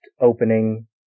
opening